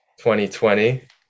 2020